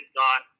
got